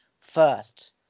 first